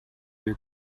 your